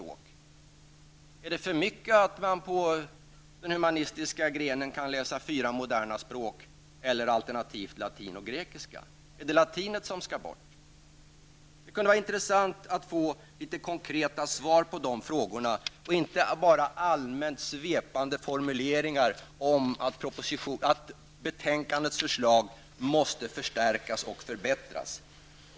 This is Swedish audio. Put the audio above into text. Eller är det för mycket att på den humanistiska grenen kunna läsa fyra moderna språk, alternativt latin och grekiska? Är det latinet då som skall bort? Det kunde vara intressant att få konkreta svar på dessa frågor, inte bara allmänt svepande formuleringar om att det som föreslås i betänkandet måste förstärkas och förbättras.